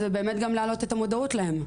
אז גם להעלות את המודעים אליהם.